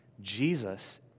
Jesus